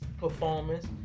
performance